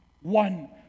One